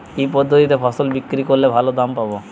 কি পদ্ধতিতে ফসল বিক্রি করলে ভালো দাম পাব?